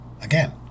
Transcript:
again